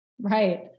right